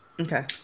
Okay